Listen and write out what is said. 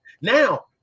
Now